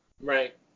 Right